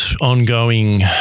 ongoing